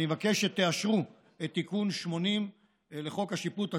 אני מבקש שתאשרו את תיקון 80 לחוק השיפוט הצבאי,